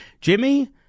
jimmy